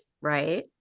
right